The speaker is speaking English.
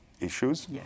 Issues